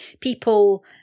people